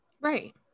Right